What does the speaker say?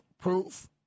proof